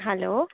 hello